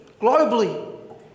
globally